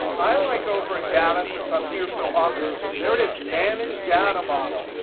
i like over in data, since i'm here so often, there it is, manage data model.